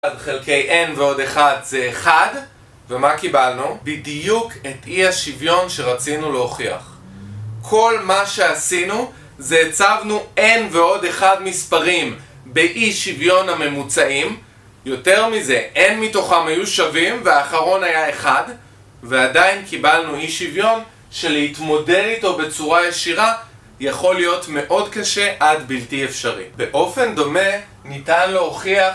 אחד חלקי n ועוד 1 זה 1, ומה קיבלנו? בדיוק את אי-השוויון שרצינו להוכיח. כל מה שעשינו, זה הצבנו n ועוד 1 מספרים, באי-שוויון הממוצעים, יותר מזה: n מתוכם היו שווים, והאחרון היה 1, ועדיין קיבלנו אי-שוויון, שלהתמודד איתו בצורה ישירה, יכול להיות מאוד קשה, עד בלתי אפשרי. באופן דומה, ניתן להוכיח,